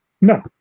No